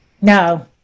No